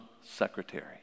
secretary